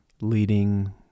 leading